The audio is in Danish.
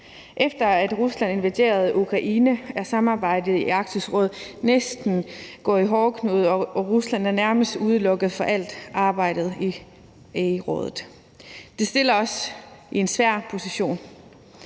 Efter at Rusland invaderede Ukraine, er samarbejdet i Arktisk Råd næsten gået i hårdknude, og Rusland er nærmest udelukket fra alt arbejdet i rådet. Det stiller os i en svær position.